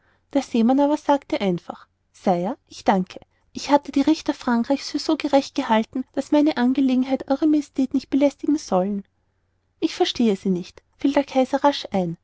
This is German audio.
der seemann aber sagte einfach sire ich danke ich hatte die richter frankreich's für so gerecht gehalten daß meine angelegenheit ew majestät nicht hätte belästigen sollen ich verstehe sie nicht fiel der kaiser rasch ein